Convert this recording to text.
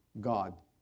God